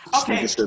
Okay